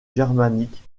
germanique